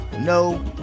no